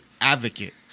advocate